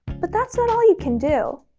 but that's not all you can do.